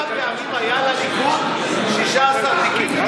מניסיונך, גדעון, כמה פעמים היה לליכוד 16 תיקים?